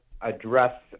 address